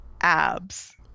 abs